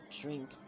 drink